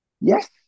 Yes